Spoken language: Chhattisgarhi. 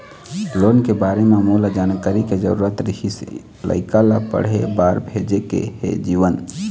लोन के बारे म मोला जानकारी के जरूरत रीहिस, लइका ला पढ़े बार भेजे के हे जीवन